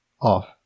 off